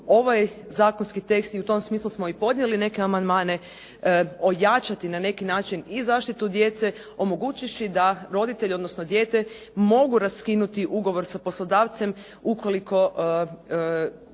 ovaj zakonski tekst i u tom smislu smo i podnijeli neke amandmane ojačati na neki način i zaštitu djece omogućivši da roditelj odnosno dijete mogu raskinuti ugovor sa poslodavcem ukoliko